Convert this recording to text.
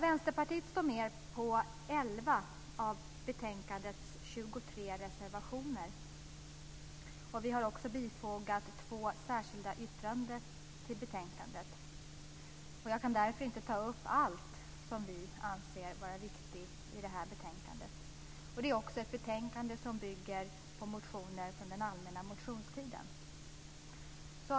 Vänsterpartiet står med på 11 av betänkandets 23 reservationer. Vi har också bifogat två särskilda yttranden till betänkandet. Jag kan därför inte ta upp allt som vi anser vara viktigt i detta betänkande. Det är ett betänkande som bygger på motioner från den allmänna motionstiden. Fru talman!